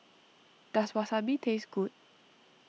does Wasabi taste good